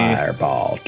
Fireball